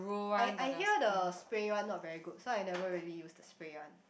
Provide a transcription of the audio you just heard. I I hear the spray one not very good so I never really use the spray one